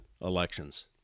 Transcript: elections